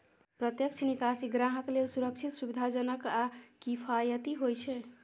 प्रत्यक्ष निकासी ग्राहक लेल सुरक्षित, सुविधाजनक आ किफायती होइ छै